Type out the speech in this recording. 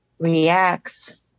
reacts